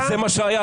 זה מה שהיה.